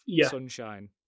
Sunshine